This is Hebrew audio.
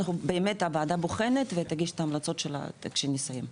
אנחנו באמת הוועדה בוחנת ותגיש את ההמלצות שלה כשנסיים.